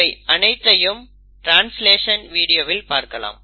இவை அனைத்தையும் ட்ரான்ஸ்லேஷன் வீடியோவில் பார்க்கலாம்